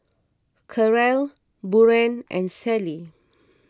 Karel Buren and Sally